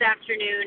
afternoon